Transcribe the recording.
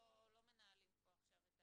לא מנהלים פה עכשיו את ה